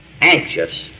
anxious